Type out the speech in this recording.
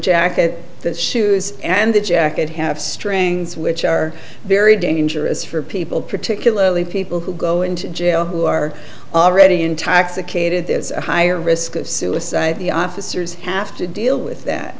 jacket the shoes and the jacket have strings which are very dangerous for people particularly people who go into jail who are already in tax acadia there's a higher risk of suicide the officers have to deal with that